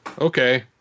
okay